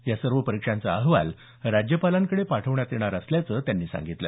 या सर्व परीक्षांचा अहवाल राज्यपालांकडे पाठवण्यात येणार असल्याचं त्यांनी सांगितलं